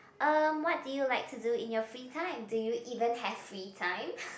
um what do you like to do in your free time do you even have free time